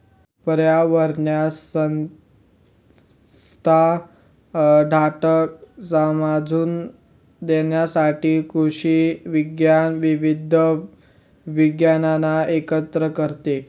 पर्यावरणीय संस्था घटक समजून घेण्यासाठी कृषी विज्ञान विविध विज्ञानांना एकत्र करते